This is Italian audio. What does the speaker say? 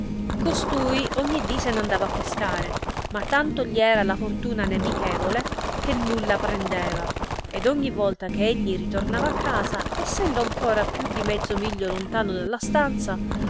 costui ogni dì se n andava a pescare ma tanto gli era la fortuna nemichevole che nulla prendeva ed ogni volta che egli ritornava a casa essendo ancora più di mezzo miglio lontano dalla stanza